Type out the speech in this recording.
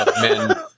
men